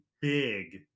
big